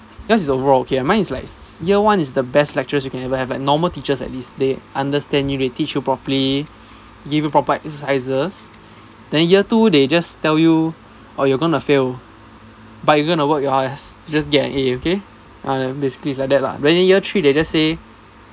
yours is the overall okay mine is like year one is the best lecturers you can ever have like normal teachers at least they understand they teach you properly give you proper exercises then year two they just tell you orh you're gonna fail but you gonna work your ass just get an a okay uh basically it's like that lah then year three they just say